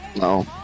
no